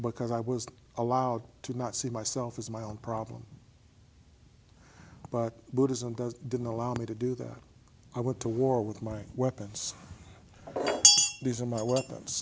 because i was allowed to not see myself as my own problem but buddhism does didn't allow me to do that i went to war with my weapons these are my weapons